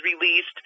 released